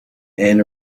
and